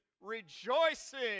rejoicing